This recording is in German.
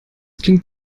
klingt